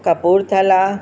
Kapurthala